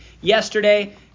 yesterday